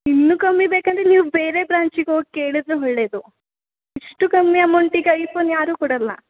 ಇನ್ನು ಕಮ್ಮಿ ಬೇಕೆಂದ್ರೆ ನೀವು ಬೇರೆ ಬ್ರಾಂಚಿಗೆ ಹೋಗ್ ಕೇಳಿದರೆ ಒಳ್ಳೆಯದು ಇಷ್ಟು ಕಮ್ಮಿಅಮೌಂಟಿಗೆ ಐಫೋನ್ ಯಾರು ಕೊಡೊಲ್ಲ